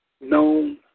known